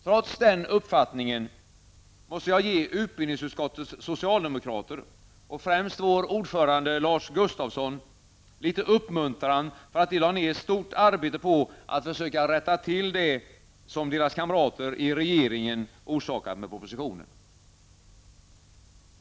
Trots den uppfattningen måste jag ge utbildningsutskottets socialdemokrater -- och främst vår ordförande Lars Gustafsson -- litet uppmuntran för att de lade ner stort arbete på att försöka rätta till det som deras kamrater i regeringen orsakat med propositionen.